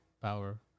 power